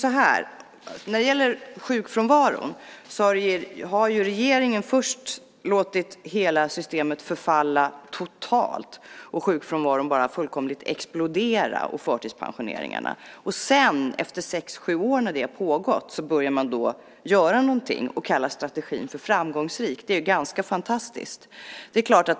När det gäller sjukfrånvaron har regeringen först låtit hela systemet förfalla totalt, och sjukfrånvaron och sjukpensioneringarna har fullkomligt exploderat. Sedan, när detta har pågått under sex sju år, börjar man göra någonting och kallar strategin framgångsrik. Det är ganska fantastiskt.